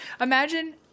imagine